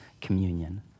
communion